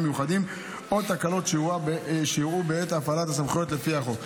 מיוחדים או תקלות שאירעו בעת הפעלת הסמכויות לפי החוק.